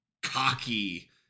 cocky